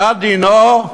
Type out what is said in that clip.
אחת דינו,